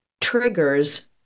triggers